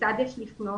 כיצד יש לפעול,